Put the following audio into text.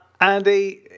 Andy